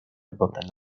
überhaupt